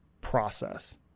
process